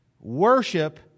Worship